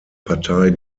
partei